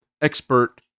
expert